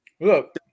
Look